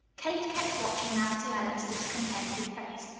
kate kept watching nancy ellen's discontented face.